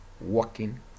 working